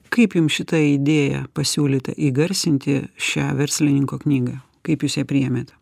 kaip jums šita idėja pasiūlyta įgarsinti šią verslininko knygą kaip jūs ją priėmėt